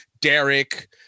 Derek